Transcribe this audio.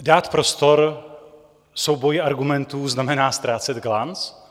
Dát prostor v souboji argumentů znamená ztrácet glanc?